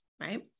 right